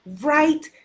right